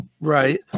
Right